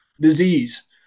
disease